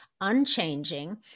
unchanging